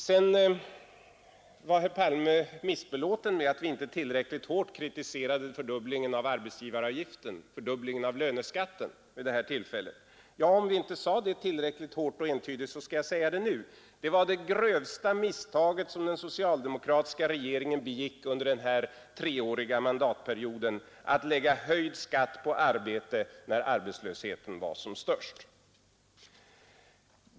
Herr Palme var missbelåten med att vi inte tillräckligt hårt kritiserade fördubblingen av löneskatten vid det här tillfället. Ja, om vi inte sade det tillräckligt hårt och entydigt, så skall jag säga det nu: Det var det grövsta misstaget som den socialdemokratiska regeringen begick under den här treåriga mandatperioden att lägga höjd skatt på arbete när arbetslösheten var som störst.